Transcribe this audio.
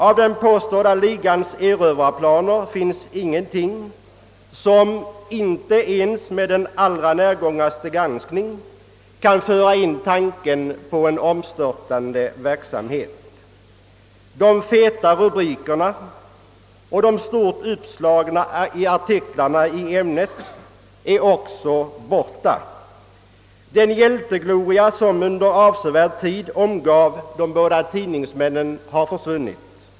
Av den påstådda ligans erövrarplaner finns det inte något som ens med den mest närgångna granskning kan föra tanken på en omstörtande verksamhet. De feta rubrikerna och de stort uppslagna artiklarna i ämnet är också borta. Den hjältegloria som under avsevärd tid omgav de båda tidningsmännen har försvunnit.